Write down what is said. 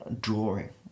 drawing